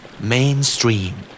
Mainstream